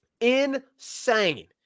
Insane